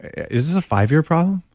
is this a five-year problem?